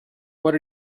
what